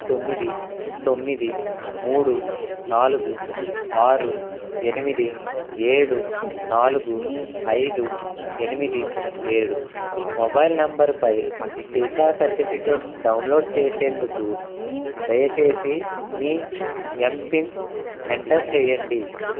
తొమ్మిది తొమ్మిది మూడు నాలుగు ఆరు ఎనిమిది ఏడు నాలుగు ఐదు ఎనిమిది ఏడు మొబైల్ నెంబరుపై టీకా సర్టిఫికేట్ డౌన్లోడ్ చేసేందుకు దయచేసి మీ ఎంపిన్ ఎంటర్ చెయ్యండి